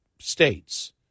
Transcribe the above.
states